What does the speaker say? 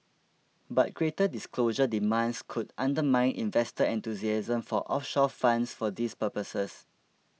but greater disclosure demands could undermine investor enthusiasm for offshore funds for these purposes